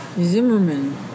Zimmerman